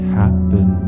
happen